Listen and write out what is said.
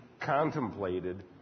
contemplated